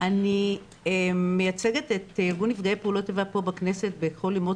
אני מייצגת את ארגון נפגעי פעולות איבה פה בכנסת בכל ימות